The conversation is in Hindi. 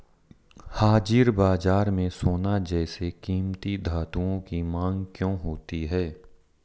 हाजिर बाजार में सोना जैसे कीमती धातुओं की मांग क्यों होती है